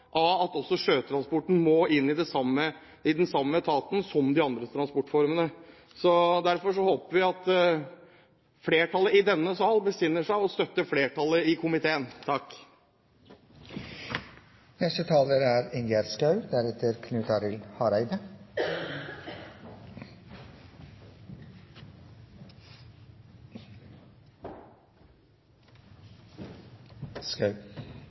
at også sjøtransporten må inn i den samme etaten som de andre transportformene. Derfor håper vi at flertallet i denne sal besinner seg og støtter flertallet i komiteen. Jeg forutsetter at enhver regjering og enhver samferdselsminister klarer å ha et helhetsblikk over planleggingen innenfor samferdsel, og jeg synes det er